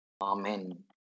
Amen